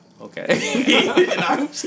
okay